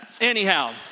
Anyhow